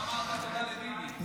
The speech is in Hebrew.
לא אמרת תודה לביבי.